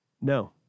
No